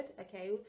okay